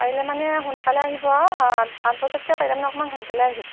পাৰিলে মানে সোনকালে আহিব আঠ বজাতকৈ পাৰিলে মানে অকণমান সোনকালে আহিব